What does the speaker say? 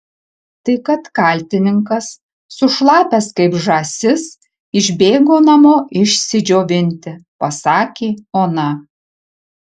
tai kad kaltininkas sušlapęs kaip žąsis išbėgo namo išsidžiovinti pasakė ona